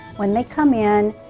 when they come in,